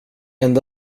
enda